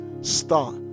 start